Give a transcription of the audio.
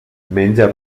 menja